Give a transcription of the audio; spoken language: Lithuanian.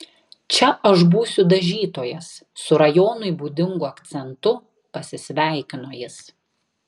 čia aš būsiu dažytojas su rajonui būdingu akcentu pasisveikino jis